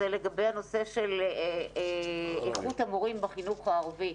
לגבי הנושא של איכות המורים בחינוך הערבי,